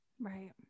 right